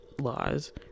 Laws